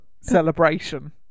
celebration